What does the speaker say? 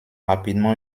rapidement